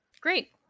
great